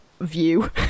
view